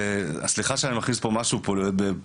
סליחה שאני מכניס פה משהו בפוליטיקה,